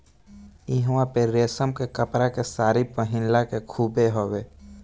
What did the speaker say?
इहवां पे रेशम के कपड़ा के सारी पहिनला के खूबे हवे